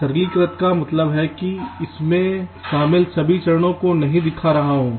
सरलीकृत का मतलब है कि मैं इसमें शामिल सभी चरणों को नहीं दिखा रहा हूं